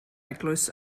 eglwys